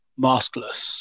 maskless